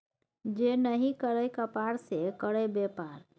जे नहि करय कपाड़ से करय बेपार